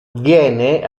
viene